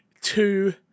Two